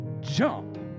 jump